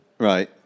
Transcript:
Right